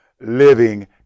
living